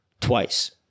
Twice